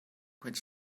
which